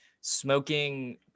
smoking